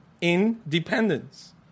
Independence